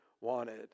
wanted